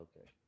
Okay